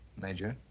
major,